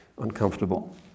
uncomfortable